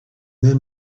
then